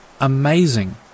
amazing